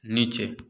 नीचे